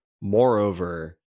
moreover